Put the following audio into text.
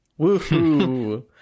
Woohoo